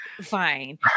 fine